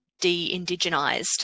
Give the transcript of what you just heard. de-indigenized